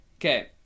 Okay